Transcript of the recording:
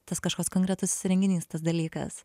tas kažkoks konkretus renginys tas dalykas